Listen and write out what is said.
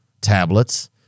tablets